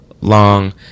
long